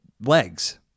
legs